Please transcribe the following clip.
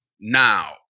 now